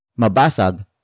Mabasag